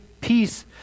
peace